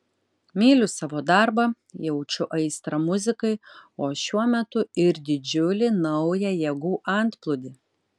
myliu savo darbą jaučiu aistrą muzikai o šiuo metu ir didžiulį naują jėgų antplūdį